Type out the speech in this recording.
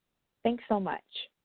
thanks, so much.